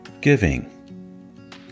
giving